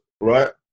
right